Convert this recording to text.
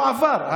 כי החוק לא עבר.